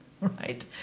right